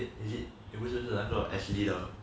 eh is it 是不是 ashley 的